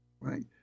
Right